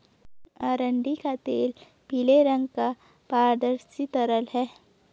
अरंडी का तेल पीले रंग का पारदर्शी तरल है